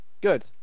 Good